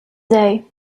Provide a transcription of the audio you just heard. day